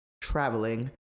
traveling